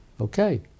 okay